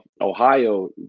Ohio